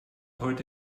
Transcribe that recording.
heute